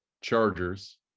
Chargers